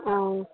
हँ